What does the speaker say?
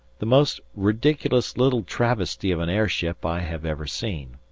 the most ridiculous little travesty of an airship i have ever seen.